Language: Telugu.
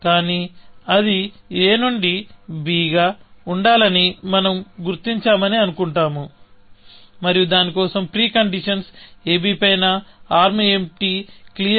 కాని అది a నుండి b గా ఉండాలని మనం గుర్తించామని అనుకుంటాము మరియు దాని కోసం ప్రీకండీషన్స్ ab పైన ఆర్మ్ ఎంప్టీ క్లియర్